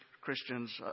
Christians